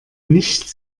nicht